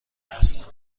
است